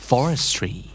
Forestry